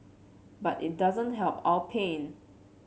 but it doesn't help our pain